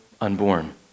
unborn